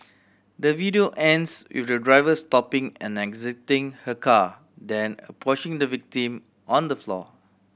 the video ends with the driver stopping and exiting her car then approaching the victim on the floor